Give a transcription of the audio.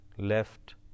left